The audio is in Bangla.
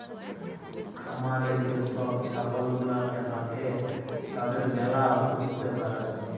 খামারে যে সব ছাগল গুলাকে রাখে তাদের ম্যালা অসুখ হ্যতে পারে